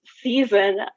season